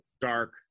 dark